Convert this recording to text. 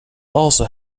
also